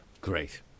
Great